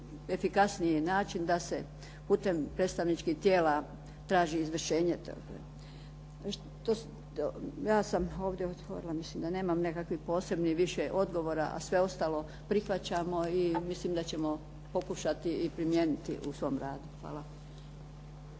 način da se putem predstavničkih tijela traži izvršenje toga. Ja sam ovdje otvorila, mislim da nema više nekakvih posebnih više odgovora, a sve ostalo prihvaćamo i mislim da ćemo pokušati i primijeniti u svom radu. Hvala.